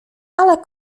ale